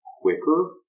quicker